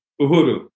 Uhuru